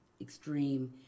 extreme